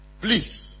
Please